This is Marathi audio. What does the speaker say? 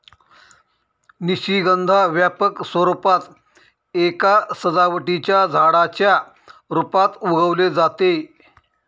निशिगंधा व्यापक स्वरूपात एका सजावटीच्या झाडाच्या रूपात उगवले जाते